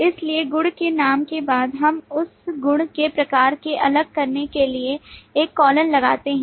इसलिए गुण के नाम के बाद हम इस गुण के प्रकार से अलग करने के लिए एक कॉलन लगाते हैं